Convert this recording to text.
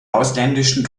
ausländischen